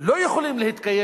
לא יכולים להתקיים,